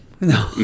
No